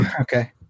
Okay